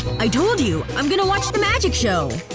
i told you, i'm going to watch the magic show!